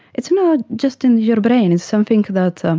it's not just in your brain, it's something that so